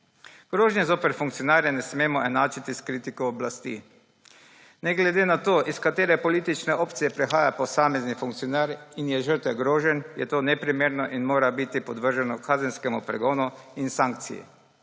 Grožnje zoper funkcionarje ne smemo enačiti s kritiko oblasti. Ne glede na to, iz katere politične opcije prihaja posamezni funkcionar in je žrtev groženj, je to neprimerno in mora biti podvrženo kazenskemu pregonu in sankciji.